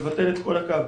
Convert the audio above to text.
מבטל את כל הקו.